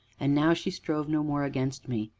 and now she strove no more against me,